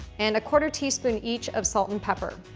and a quarter-teaspoon each of salt and pepper.